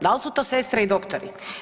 Da li su to sestre i doktori?